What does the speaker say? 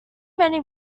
many